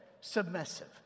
submissive